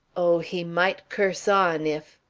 oh! he might curse on if